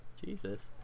Jesus